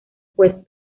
puesto